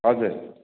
हजुर